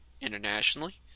internationally